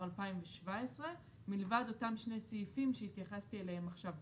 2017 מלבד אותם שני סעיפים שהתייחסתי אליהם עכשיו.